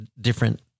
different